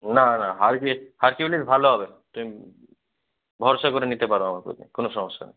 না না হারকিউলিস ভালো হবে তুমি ভরসা করে নিতে পার আমার প্রতি কোনো সমস্যা নেই